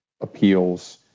appeals